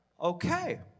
okay